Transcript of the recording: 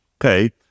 Okay